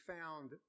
found